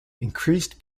increased